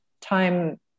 time